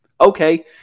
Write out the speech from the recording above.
Okay